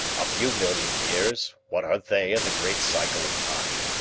a few million years, what are they in the great cycle of time?